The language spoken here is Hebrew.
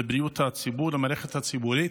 לבריאות הציבור במערכת הציבורית.